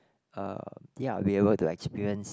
uh ya be able to experience